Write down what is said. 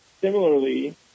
similarly